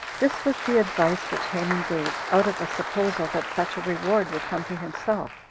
this was the advice which haman gave, out of a supposal that such a reward would come to himself.